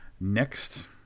next